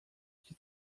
qui